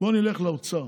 בוא נלך לאוצר.